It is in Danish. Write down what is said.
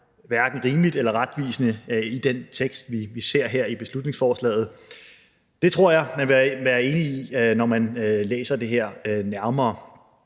hverken rimeligt eller retvisende i den tekst, vi ser her i beslutningsforslaget. Det tror jeg man vil være enig i, når man læser det her nærmere.